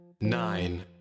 Nine